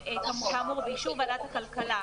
באישור ועדת הכלכלה,